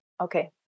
Okay